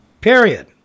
Period